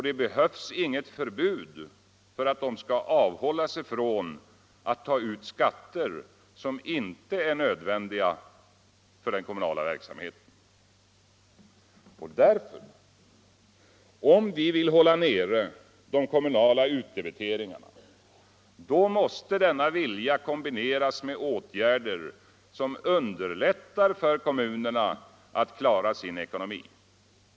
Det behövs inget förbud för att de skall avhålla sig från att ta ut skatter som inte är nödvändiga för den kommunala verksamheten. Därför — om vi vill hålla nere de kommunala utdebeteringarna — då måste denna vilja kombineras med åtgärder som underlättar för kommunerna att klara sin ekonomi.